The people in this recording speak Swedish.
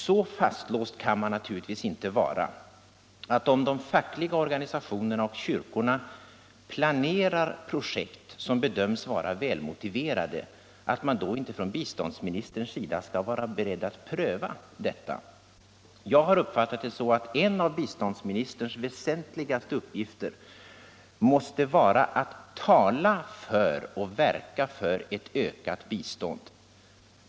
Så fastlåst kan det naturligtvis inte vara att biståndsministern inte skall vara beredd att pröva projekt som de fackliga organisationerna och kyrkorna planerar och som bedöms vara välmotiverade. Jag har uppfattat det så att en av biståndsministerns väsentligaste uppgifter måste vara att verka för ett ökat bistånd.